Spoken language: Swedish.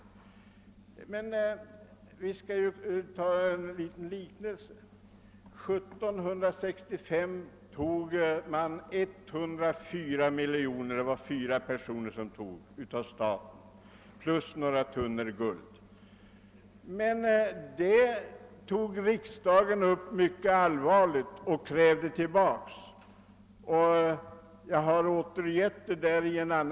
Det finns liknande händelser. år 1765 tog fyra personer 104 miljoner kronor från staten plus några tunnor guld. Riksdagen betraktade detta som en mycket allvarlig sak och krävde tillbaka statens egendom — jag har beskrivit det i en annan motion.